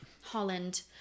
Holland